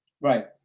Right